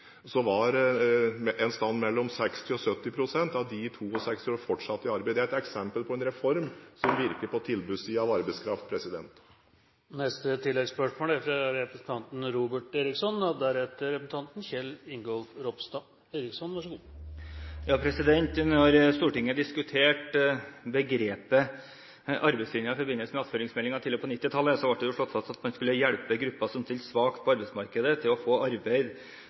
var et sted mellom 60 og 70 pst. av de over 62 år fortsatt i arbeid. Dette er et eksempel på en reform som virker på tilbudssiden når det gjelder arbeidskraft. Robert Eriksson – til oppfølgingsspørsmål. Da Stortinget diskuterte begrepet «arbeidslinjen» i forbindelse med attføringsmeldingen tidlig på 1990-tallet, ble det slått fast at man skulle hjelpe den gruppen som stilte svakt på arbeidsmarkedet, til å få arbeid